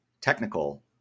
technical